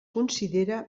considera